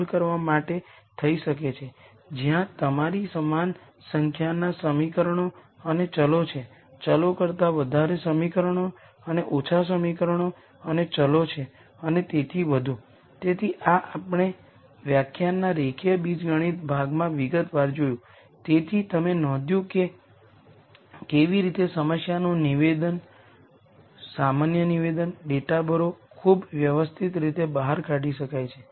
હવે જ્યારે આપણે આ તમામ તથ્યોને એક સાથે મૂકીએ છીએ જે n r eigen vectors linearly independent હોય છે તેઓ A ની કોલમના કોમ્બિનેશન છે અને A ની ઇંડિપેંડેન્ટ કોલમની સંખ્યા ફક્ત n r હોઈ શકે છે